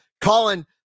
Colin